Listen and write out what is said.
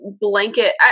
blanket